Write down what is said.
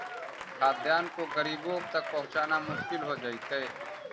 खाद्यान्न को गरीबों तक पहुंचाना मुश्किल हो जइतइ